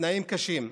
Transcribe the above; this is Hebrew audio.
בתנאים קשים.